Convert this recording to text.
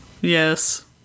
Yes